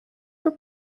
were